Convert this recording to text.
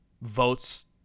votes